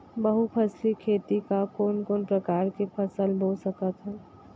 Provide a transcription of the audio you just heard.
बहुफसली खेती मा कोन कोन प्रकार के फसल बो सकत हन?